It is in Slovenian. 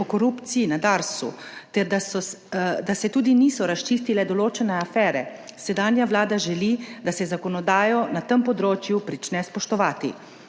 na Darsu ter da se tudi niso razčistile določene afere sedanja vlada želi, da se zakonodajo na tem področju prične spoštovati.